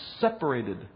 separated